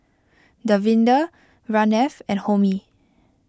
Davinder Ramnath and Homi